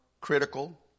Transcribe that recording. critical